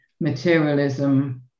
materialism